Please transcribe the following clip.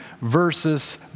versus